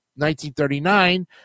1939